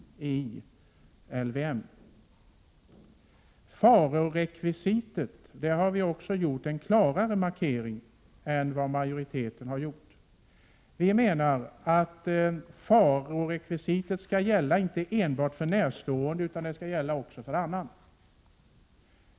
8 juni 1988 Beträffande farorekvisitet har vi också gjort en klarare markering än vad JT. IT Oo majoriteten gjort. Vi menar att farorekvisitet inte endast skall gälla för närstående utan också annan.